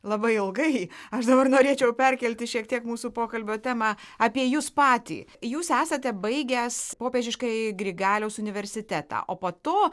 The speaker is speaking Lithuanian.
labai ilgai aš dabar norėčiau perkelti šiek tiek mūsų pokalbio temą apie jus patį jūs esate baigęs popiežiškąjį grigaliaus universitetą o po to